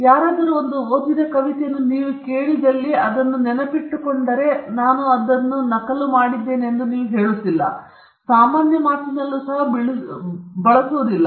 ಯಾರಾದರೂ ಓದಿದ ಒಂದು ಕವಿತೆಯನ್ನು ನೀವು ಕೇಳಿದಲ್ಲಿ ಮತ್ತು ನೀವು ಅದನ್ನು ನೆನಪಿಟ್ಟುಕೊಳ್ಳುತ್ತಿದ್ದರೆ ನಾನು ಅದರ ನಕಲನ್ನು ಮಾಡಿದ್ದೇನೆ ಎಂದು ನೀವು ಹೇಳುತ್ತಿಲ್ಲ ಸಾಮಾನ್ಯ ಮಾತಿನಲ್ಲೂ ಸಹ ನೀವು ಬಳಸುವುದಿಲ್ಲ